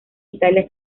italia